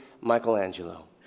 Michelangelo